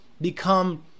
become